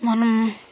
మనం